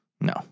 No